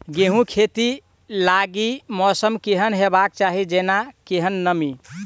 गेंहूँ खेती लागि मौसम केहन हेबाक चाहि जेना केहन नमी?